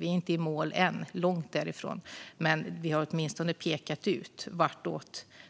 Vi är inte i mål än - långt därifrån - men vi har åtminstone pekat ut åt vilket håll